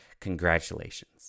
Congratulations